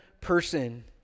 person